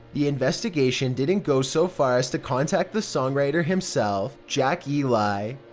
the investigation didn't go so far as to contact the songwriter, himself, jack ely,